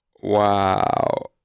Wow